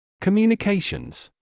Communications